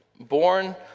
Born